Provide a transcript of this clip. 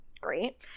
Great